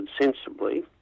sensibly